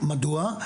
מדוע?